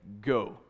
go